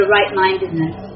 right-mindedness